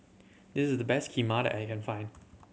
this is the best Kheema that I can find